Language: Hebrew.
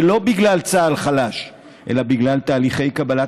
ולא בגלל צה"ל חלש אלא בגלל תהליכי קבלת